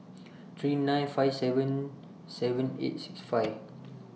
three nine five seven seven eight six five